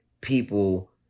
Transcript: people